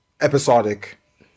episodic